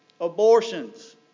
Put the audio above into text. Abortions